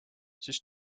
siis